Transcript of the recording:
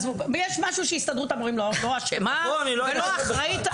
יש משהו שהסתדרות המורים לא אשמה ולא אחראית.